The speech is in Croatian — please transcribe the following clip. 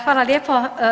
Hvala lijepo.